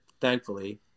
thankfully